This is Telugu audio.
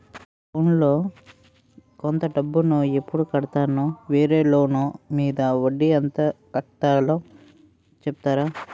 అసలు లోన్ లో కొంత డబ్బు ను ఎప్పుడు కడతాను? వేరే లోన్ మీద వడ్డీ ఎంత కట్తలో చెప్తారా?